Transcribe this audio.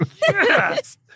Yes